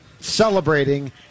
celebrating